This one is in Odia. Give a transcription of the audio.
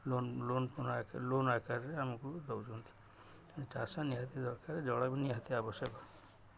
ଲୋନ୍ ଲୋନ୍ ଫୋନ୍ ଲୋନ୍ ଆକାରରେ ଆମକୁ ଦଉଛନ୍ତି ଚାଷ ନିହାତି ଦରକାର ଜଳ ବି ନିହାତି ଆବଶ୍ୟକ